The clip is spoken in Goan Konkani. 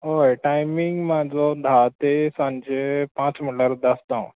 हय टायमींग म्हाजो धा ते सांचे पांच म्हळ्ळ्यार उद्दां आसता हांव